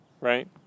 right